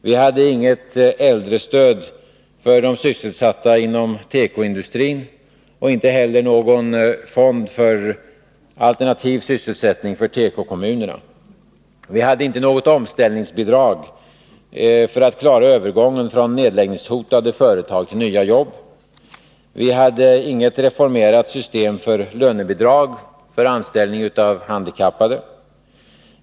Vi hade inget äldrestöd för de sysselsatta inom tekoindustrin och inte heller någon fond för alternativ sysselsättning för tekokommunerna. Vi hade inte något omställningsbidrag för att klara övergången från nedläggningshotade företag till nya jobb. Vi hade inget reformerat system för lönebidrag för anställning av handikappade.